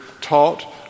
taught